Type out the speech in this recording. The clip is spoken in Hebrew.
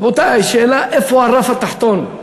רבותי, השאלה היא איפה הרף התחתון,